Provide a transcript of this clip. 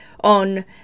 on